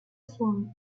form